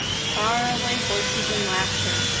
faraway voices and laughter.